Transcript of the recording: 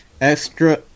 Extra